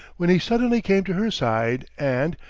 when he suddenly came to her side and,